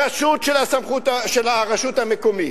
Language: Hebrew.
ברשות של הרשות המקומית,